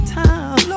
time